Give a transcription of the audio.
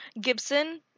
Gibson